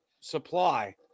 supply